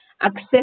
access